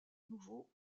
nouveau